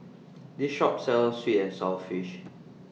This Shop sells Sweet and Sour Fish